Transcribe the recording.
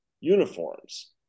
uniforms